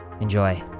Enjoy